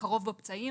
קרוב בפצעים